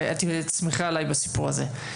תסמכי עליי בסיפור הזה.